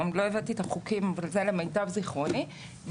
למיטב זיכרוני,